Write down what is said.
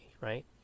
right